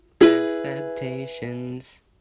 expectations